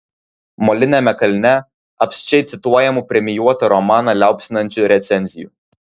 moliniame kalne apsčiai cituojamų premijuotą romaną liaupsinančių recenzijų